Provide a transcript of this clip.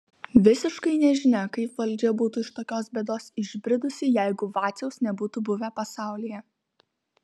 visiškai nežinia kaip valdžia būtų iš tokios bėdos išbridusi jeigu vaciaus nebūtų buvę pasaulyje